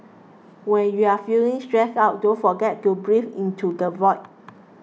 when you are feeling stressed out don't forget to breathe into the void